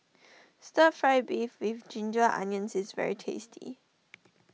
Stir Fry Beef with Ginger Onions is very tasty